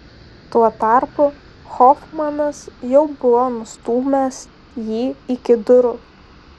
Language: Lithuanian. tuo tarpu hofmanas jau buvo nustūmęs jį iki durų